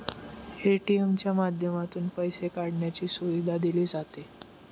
ATM च्या माध्यमातून पैसे काढण्याची सुविधा दिली जाते